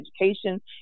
education